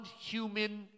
human